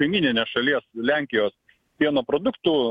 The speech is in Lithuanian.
kaimyninės šalies lenkijos pieno produktų